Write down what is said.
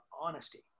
honesty